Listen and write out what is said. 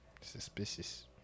Suspicious